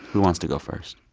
who wants to go first?